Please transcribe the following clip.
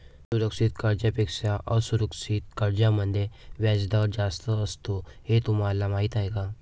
सुरक्षित कर्जांपेक्षा असुरक्षित कर्जांमध्ये व्याजदर जास्त असतो हे तुम्हाला माहीत आहे का?